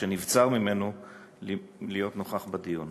שנבצר ממנו להיות נוכח בדיון.